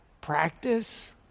practice